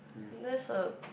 that's a